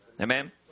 Amen